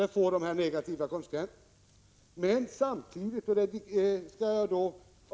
Det får dessa negativa konsekvenser.